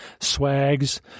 swags